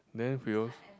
then we al~